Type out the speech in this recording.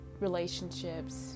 relationships